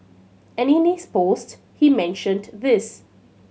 and in his post he mentioned this